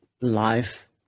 life